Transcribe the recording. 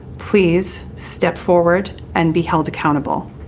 please step forward and be held accountable.